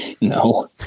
No